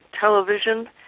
television